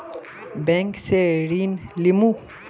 Bank से ऋण लुमू?